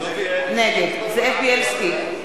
נגד זאב בילסקי,